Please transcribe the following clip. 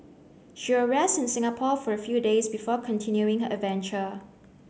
she will rest in Singapore for a few days before continuing her adventure